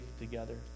together